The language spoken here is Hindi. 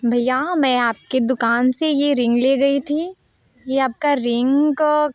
भैया मैं आपके दुकान से ये रिंग ले गई थी ये आपका रिंग